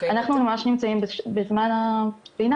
אנחנו ממש נמצאים בזמן הביניים,